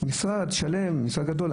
משרד שלם, משרד גדול.